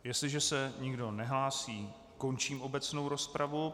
Jestliže se nikdo nehlásí, končím obecnou rozpravu.